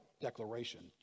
declaration